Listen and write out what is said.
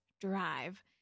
Drive